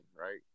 right